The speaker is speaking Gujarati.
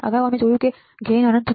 અગાઉ અમે જણાવ્યું હતું કે લાભ અનંત હતો